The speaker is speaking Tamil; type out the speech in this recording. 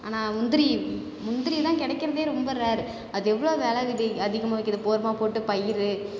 ஆனால் முந்திரி முந்திரி தான் கிடைக்கிறதே ரொம்ப ரேரு அது எவ்வளோ வில வி அதிகமாக விற்குது போர்மா போட்டு பயிறு